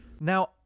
Now